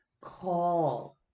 Call